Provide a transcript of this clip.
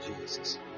Jesus